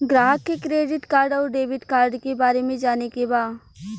ग्राहक के credit card और डेविड कार्ड के बारे में जाने के बा?